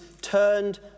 turned